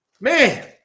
man